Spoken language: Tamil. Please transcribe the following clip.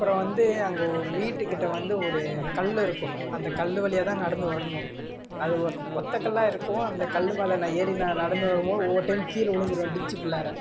அப்புறம் வந்து அங்கே வீட்டுக்கிட்டே வந்து ஒரு கல் இருக்கும் அந்த கல் வழியாக தான் நடந்து வரணும் அது ஒற்றை கல்லாக இருக்கும் அந்த கல் மேலே நான் ஏறி நான் நடந்து வரும்போது ஒவ்வொரு டைம் கீழே விழுந்துருவேன் டிச்சுக்குள்ளாற